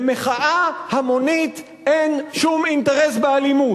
למחאה המונית אין שום אינטרס באלימות.